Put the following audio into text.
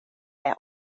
det